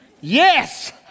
Yes